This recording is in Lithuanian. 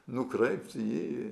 nukreipti į